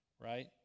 right